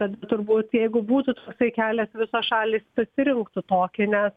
tad turbūt jeigu būtų toksai kelias visos šalys pasirinktų tokį nes